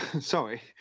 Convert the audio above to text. Sorry